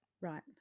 Right